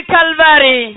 Calvary